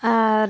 ᱟᱨ